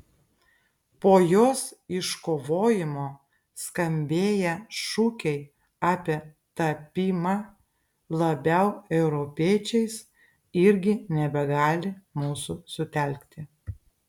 po jos iškovojimo skambėję šūkiai apie tapimą labiau europiečiais irgi nebegali mūsų sutelkti